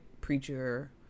preacher